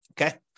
Okay